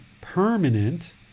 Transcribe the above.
permanent